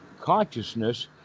consciousness